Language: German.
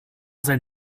sein